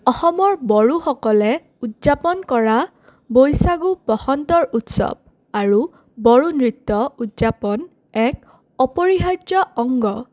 অসমৰ বড়োসকলে উদযাপন কৰা বৈচাগু বসন্তৰ উৎসৱ আৰু বড়ো নৃত্য উদযাপন এক অপৰিহাৰ্য অংগ